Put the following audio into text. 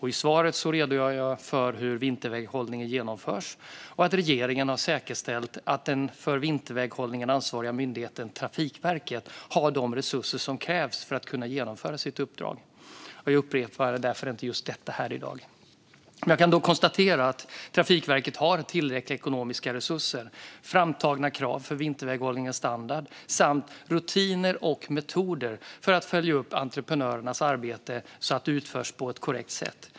I svaret redogör jag för hur vinterväghållningen genomförs och att regeringen har säkerställt att den för vinterväghållningen ansvariga myndigheten Trafikverket har de resurser som krävs för att kunna genomföra sitt uppdrag. Jag upprepar därför inte just detta här i dag. Jag kan dock konstatera att Trafikverket har tillräckliga ekonomiska resurser, framtagna krav för vinterväghållningens standard samt rutiner och metoder för att följa upp entreprenörernas arbete så att det utförs på ett korrekt sätt.